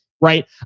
right